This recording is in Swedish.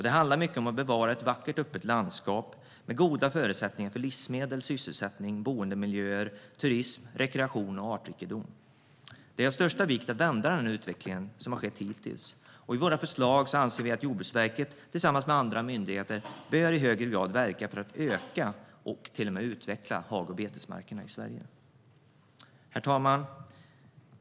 Det handlar mycket om att bevara ett vackert öppet landskap med goda förutsättningar för livsmedel, sysselsättning, boendemiljöer, turism, rekreation och artrikedom. Det är av största vikt att vända den utveckling som hittills skett. Vi anser att Jordbruksverket tillsammans med andra myndigheter i högre grad bör verka för att bevara och utveckla hag och betesmarkerna. Herr talman!